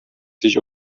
sich